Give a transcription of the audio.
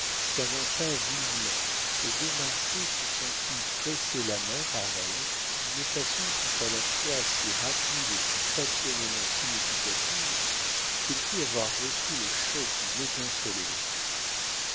s'avança vivement et de marsay se sentit presser la main par elle d'une façon tout à la fois si rapide et si passionnément significative qu'il crut avoir reçu le choc d'une étincelle électrique